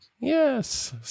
Yes